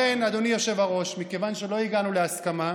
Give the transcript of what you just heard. לכן, אדוני היושב-ראש, מכיוון שלא הגענו להסכמה,